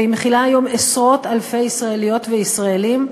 והיא מכילה היום עשרות אלפי ישראליות וישראלים,